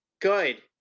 Good